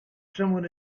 someone